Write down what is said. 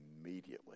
immediately